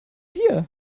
hier